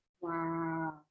Wow